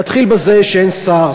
נתחיל בזה שאין שר.